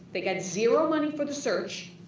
they got zero money for the search.